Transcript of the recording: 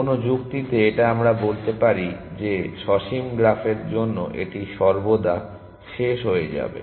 কোন যুক্তিতে এটা আমরা বলতে পারি যে সসীম গ্রাফের জন্য এটি সর্বদা শেষ হয়ে যাবে